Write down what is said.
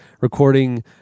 recording